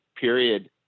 period